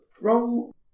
Roll